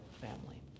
family